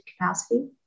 capacity